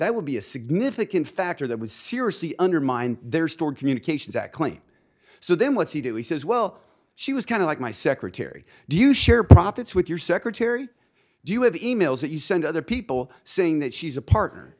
that would be a significant factor that would seriously undermine their stored communications act claim so then what's he doing he says well she was kind of like my secretary do you share profits with your secretary do you have emails that you send other people saying that she's a partner